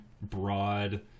broad